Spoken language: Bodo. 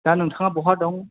दा नोंथाङा बहा दं